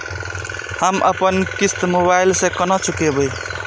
हम अपन किस्त मोबाइल से केना चूकेब?